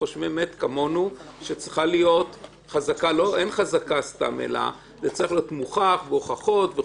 חושבים באמת כמונו שאין חזקה סתם אלא זה צריך להיות מוכח בהוכחות.